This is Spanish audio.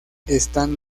están